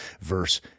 verse